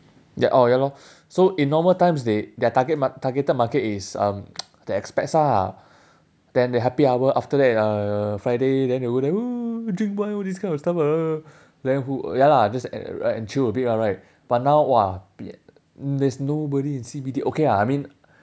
ya oh ya lor so in normal times they their target mar~ targeted market is um the expats ah then the happy hour after that uh friday then they go there !woo! drink wine all this kind of stuff ah then who ya lah just and chill a bit ah right but now !wah! there is nobody in C_B_D okay ah I mean